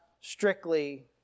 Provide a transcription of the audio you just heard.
strictly